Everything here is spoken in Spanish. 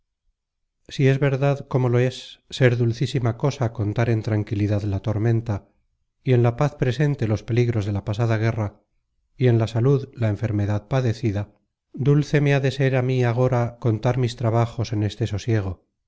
si es verdad como lo es ser dulcísima cosa contar en tranquilidad la tormenta y en la paz presente los peligros de la pasada guerra y en la salud la enfermedad padecida dulce me ha de ser á mí agora contar mis trabajos en este sosiego